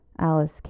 Alice